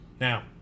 now